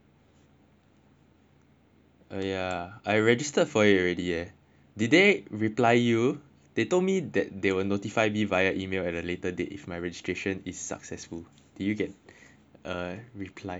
oh ya I registered for it already eh did they reply you they told me that they will notify me via email and later that if my registration is successful did you get reply